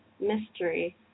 Mystery